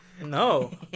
No